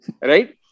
Right